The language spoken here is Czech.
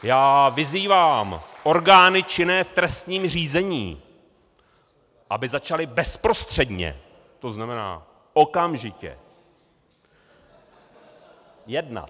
Já vyzývám orgány činné v trestním řízení, aby začaly bezprostředně to znamená okamžitě jednat.